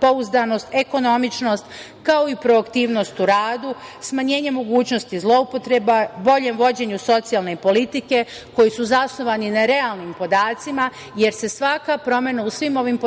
pouzdanost, ekonomičnost, kao i proaktivnost u radu, smanjenje mogućnosti zloupotreba, boljem vođenju socijalne politike koji su zasnovani na realnim podacima jer se svaka promena u svim ovim podacima